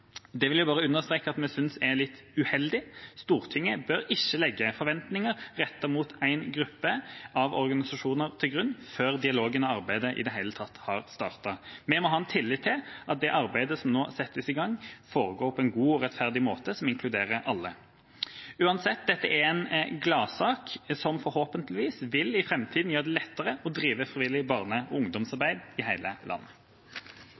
Det vil jeg bare understreke at vi synes er litt uheldig. Stortinget bør ikke legge forventninger rettet mot en gruppe av organisasjoner til grunn før dialogen og arbeidet i det hele tatt har startet. Vi må ha tillit til at det arbeidet som nå settes i gang, foregår på en god og rettferdig måte som inkluderer alle. Uansett, dette er en gladsak som forhåpentligvis vil gjøre det lettere i framtidan å drive frivillig barne- og ungdomsarbeid i hele landet.